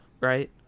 right